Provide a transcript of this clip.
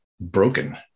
broken